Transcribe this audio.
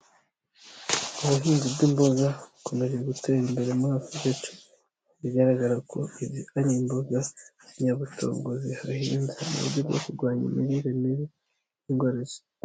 Ubuhinzi bw'imboga bukomeje gutera imbere muri afurika, bigaragara ko ari imboga nyabutongo bahinze mu buryo bwo kurwanya imirire mibi.